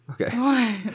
okay